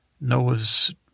Noah's